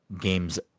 games